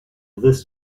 this